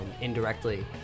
indirectly